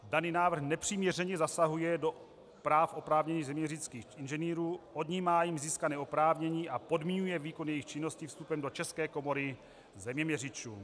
Daný návrh nepřiměřeně zasahuje do práv oprávněných zeměměřických inženýrů, odnímá jim získané oprávnění a podmiňuje výkon jejich činností vstupem do České komory zeměměřičů.